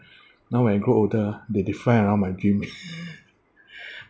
now when I grow older they they fly around my dream